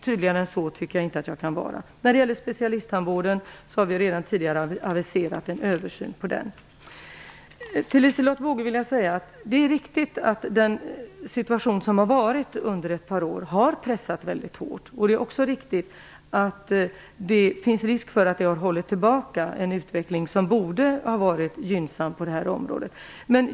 Tydligare än så tycker jag inte att jag kan vara. När det gäller specialisttandvården har vi redan tidigare aviserat en översyn. Till Liselotte Wågö vill jag säga att det är riktigt att situationen under ett par år har pressat väldigt hårt. Det är också riktigt att risken finns att det har hållit tillbaka en utveckling som borde ha varit gynnsam på det här området.